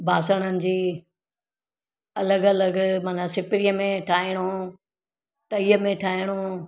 बासणनि जी अलॻि अलॻि माना सिपरीअ में ठाहिणो तईअ में ठाहिणो